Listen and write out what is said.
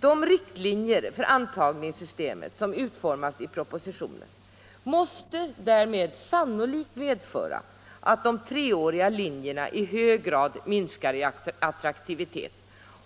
De riktlinjer för antagningssystemet som utformas i propositionen måste därmed sannolikt medföra att de treåriga linjerna i hög grad minskar i attraktivitet,